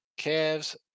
Cavs